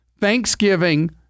Thanksgiving